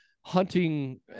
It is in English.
hunting